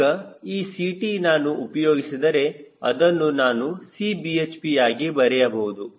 ಈಗ ಈ Ct ನಾನು ಉಪಯೋಗಿಸಿದರೆ ಅದನ್ನು ನಾನು Cbhp ಆಗಿ ಬರೆಯಬಹುದು